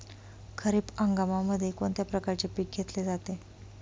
खरीप हंगामामध्ये कोणत्या प्रकारचे पीक घेतले जाते?